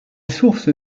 source